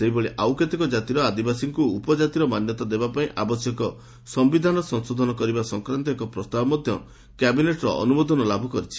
ସେହିଭଳି ଆଉ କେତେକ ଜାତିର ଆଦିବାସୀଙ୍କୁ ଉପଜାତି ମାନ୍ୟତା ଦେବା ପାଇଁ ଆବଶ୍ୟକ ସମ୍ଭିଧାନ ସଂଶୋଧନ କରିବା ସଂକ୍ରାନ୍ତ ଏକ ପ୍ରସ୍ତାବ ମଧ୍ୟ କ୍ୟାବିନେଟ୍ର ଅନୁମୋଦନ ଲାଭ କରିଛି